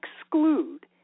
exclude